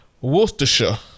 Worcestershire